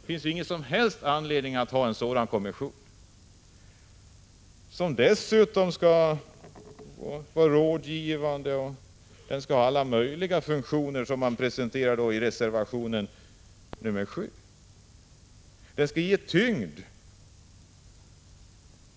Det finns ingen som helst anledning att ha en sådan kommission, som dessutom skall vara rådgivande och ha alla möjliga funktioner som man presenterar i reservation 7. Kommissionen skall ge tyngd,